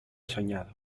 soñado